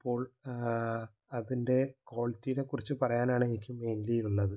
അപ്പോൾ അതിൻ്റെ ക്വാളിറ്റിയെ കുറിച്ച് പറയാനാണ് എനിക്ക് മെയിൻലി ഉള്ളത്